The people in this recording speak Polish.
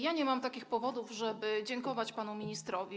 Ja nie mam takich powodów, żeby dziękować panu ministrowi.